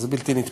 זה בלתי נתפס,